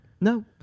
No